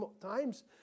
times